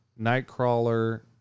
Nightcrawler